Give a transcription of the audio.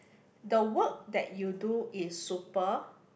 the work that you do is super